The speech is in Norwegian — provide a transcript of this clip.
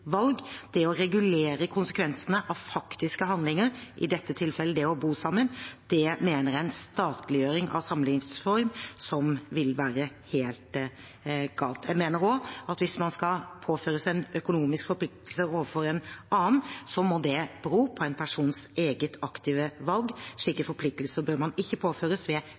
valg. Å regulere konsekvensene av faktiske handlinger, i dette tilfellet det å bo sammen, mener jeg er en statliggjøring av samlivsform som vil være helt gal. Jeg mener også at hvis man skal påføres en økonomisk forpliktelse overfor en annen, må det bero på en persons eget aktive valg. Slike forpliktelser bør man ikke påføres